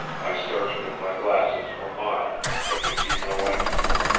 i searched with my glasses for miles, but could see no entrance.